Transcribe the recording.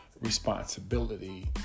responsibility